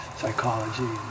psychology